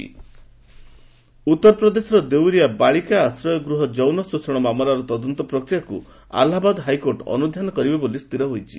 HC Deoria ଉତ୍ତର ପ୍ରଦେଶର ଦେଉରିଆ ବାଳିକା ଆଶ୍ରୟ ଗୃହ ଯୌନ ଶୋଷଣ ମାମଲାର ତଦନ୍ତ ପ୍ରକ୍ରିୟାକୁ ଆହ୍ଲାବାଦ ହାଇକୋର୍ଟ ଅନୁଧ୍ୟାନ କରିବେ ବୋଲି ସ୍ଥିର ହୋଇଛି